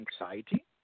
anxiety